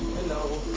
know